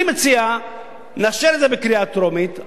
אני מציע שנאשר את זה בקריאה טרומית.